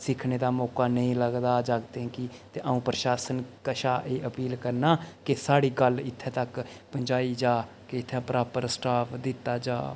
सिक्खने दा मौका नेईं लगदा जागतें गी ते अं'ऊ प्रशासन कशा एह् अपील करना कि साढ़ी गल्ल इत्थें तक पजाई जा कि इत्थें प्रापर स्टाफ दित्ता जा